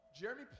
Jeremy